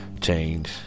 change